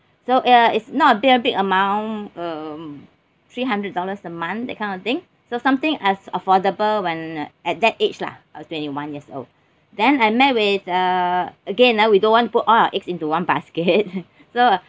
so uh it's not a big a big amount um three hundred dollars a month that kind of thing so something as affordable when at that age lah I was twenty one years old then I met with uh again ah we don't want put all our eggs into one basket so